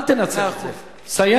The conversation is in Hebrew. אל תנצל את זה.